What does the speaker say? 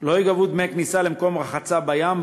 "לא ייגבו דמי כניסה למקום רחצה בים,